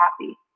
happy